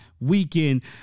weekend